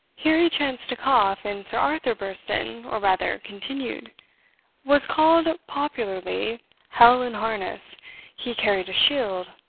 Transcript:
here he chanced to cough, and sir arthur burst in, or rather continued was called popularly hell-in-harness he carried a shield,